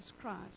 Christ